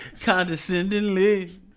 condescendingly